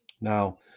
Now